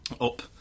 up